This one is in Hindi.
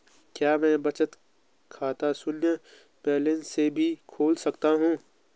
क्या मैं बचत खाता शून्य बैलेंस से भी खोल सकता हूँ?